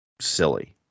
silly